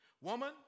Woman